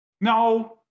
No